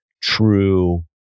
true